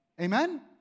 Amen